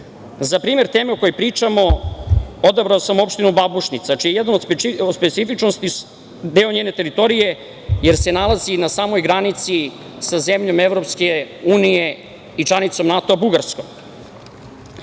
primer teme o kojoj pričamo odabrao sam Opštinu Babušnica čiji je jedan od specifičnosti deo njene teritorije jer se nalazi na samoj granici sa zemljom Evropske unije i članicom NATO-a Bugarskom. Takođe,